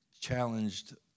challenged